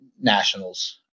nationals